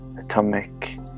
atomic